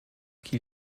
qui